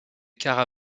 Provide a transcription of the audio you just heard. cara